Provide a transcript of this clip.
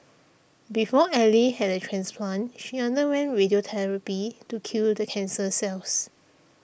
before Ally had a transplant she underwent radiotherapy to kill the cancer cells